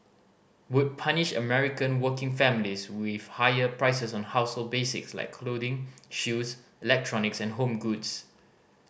would punish American working families with higher prices on household basics like clothing shoes electronics and home goods